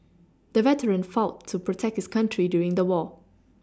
the veteran fought to protect his country during the war